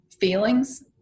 feelings